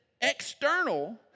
external